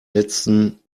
letzten